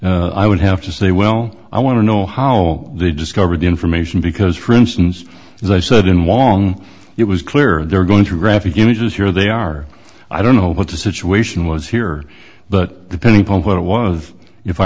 i would have to say well i want to know how they discovered the information because for instance as i said in wong it was clear they're going through graphic images here they are i don't know what the situation was here but depending upon what it was if i